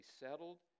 settled